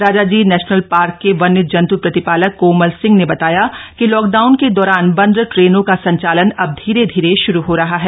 Rajaji national park के वन्यजंत प्रतिपालक कोमल सिंह ने बताया कि लॉकडाउन के दौरान बन्द ट्रेनो का संचालन अब धीरे धीरे शुरु हो रहा है